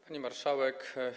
Pani Marszałek!